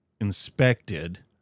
inspected